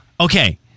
Okay